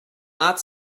not